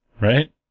Right